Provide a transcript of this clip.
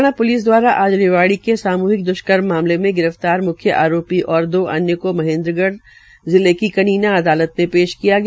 Haryana police द्वारा आज रेवाड़ी के सामूहिक द्ष्कर्म मामले में गिरफ्तार म्ख्य आरोपी और दो अन्यों को महेन्द्रगढ़ जिले के कनीना अदालत में पेश किया गया